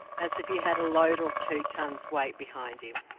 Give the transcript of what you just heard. as if he had a load of two tons weight behind him,